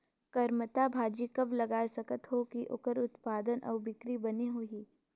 करमत्ता भाजी कब लगाय सकत हो कि ओकर उत्पादन अउ बिक्री बने होही?